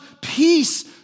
peace